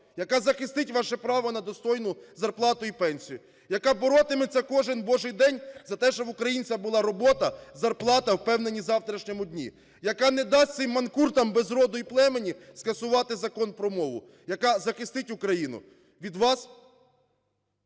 яка захистить ваше право на достойну зарплату і пенсію, яка боротиметься кожен Божий день за те, щоб в українця була робота, заплата, впевненість у завтрашньому дні, яка не дасть цим манкуртам без роду і племені скасувати Закон про мову, яка захистить Україну. Від вас…